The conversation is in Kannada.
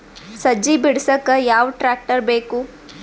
ಸಜ್ಜಿ ಬಿಡಸಕ ಯಾವ್ ಟ್ರ್ಯಾಕ್ಟರ್ ಬೇಕು?